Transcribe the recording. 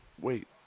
wait